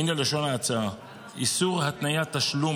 הינה לשון ההצעה: איסור התניית תשלום